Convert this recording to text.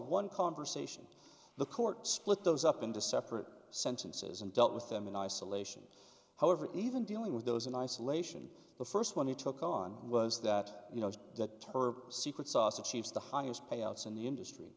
one conversation the court split those up into separate sentences and dealt with them in isolation however even dealing with those in isolation the first one he took on was that you know that her secret sauce achieves the highest payouts in the industry